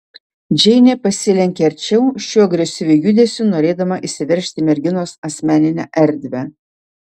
džeinė pasilenkė arčiau šiuo agresyviu judesiu norėdama įsiveržti į merginos asmeninę erdvę